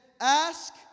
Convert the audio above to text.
ask